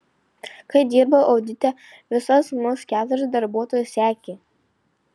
kai dirbau audite visas mus keturias darbuotojas sekė